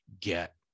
get